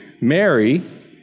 Mary